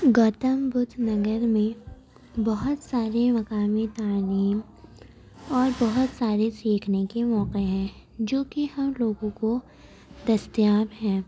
گوتم بدھ نگر میں بہت سارے مقامی تعلیم اور بہت سارے سیکھنے کے موقعے ہیں جو کہ ہم لوگوں کو دستیاب ہیں